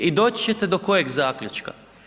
I doći ćete do kojeg zaključka?